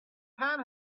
pan